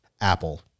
Apple